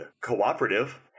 cooperative